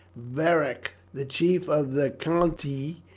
veric, the chief of the cantii,